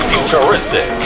Futuristic